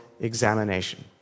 examination